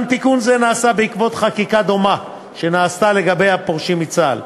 גם תיקון זה נעשה בעקבות חקיקה דומה שנעשתה לגבי הפורשים מצה"ל.